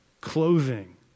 clothing